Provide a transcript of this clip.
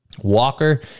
Walker